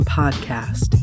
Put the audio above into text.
podcast